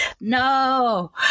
no